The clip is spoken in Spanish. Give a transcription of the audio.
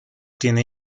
tiene